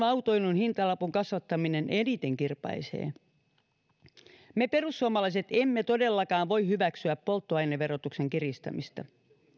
autoilun hintalapun kasvattaminen eniten kirpaisee me perussuomalaiset emme todellakaan voi hyväksyä polttoaineverotuksen kiristämistä